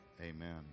Amen